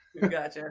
Gotcha